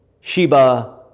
Sheba